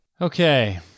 Okay